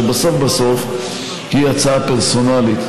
שבסוף בסוף היא הצעה פרסונלית,